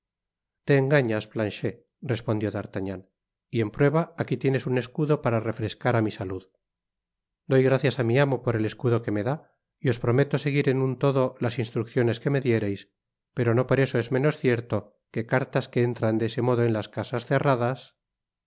te engañas planchet respondió d'artagnan y en prueba aqui tienes un escudo para refrescar á mi salud doy gracias á mi amo por el escudo que me dá y os prometo seguir en un todo las instrucciones que me diereis pero no por eso es menos cierto que cartas que entran de ese modo en las casas cerradas